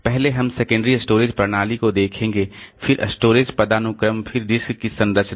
पहले हम secondary storage प्रणाली को देखेंगे फिर स्टोरेज पदानुक्रम फिर डिस्क की संरचना